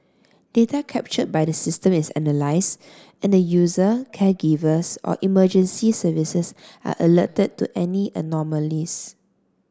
data captured by the system is analyse and the user caregivers or emergency services are alerted to any anomalies